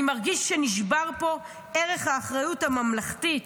אני מרגיש שנשבר פה ערך האחריות הממלכתית,